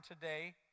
today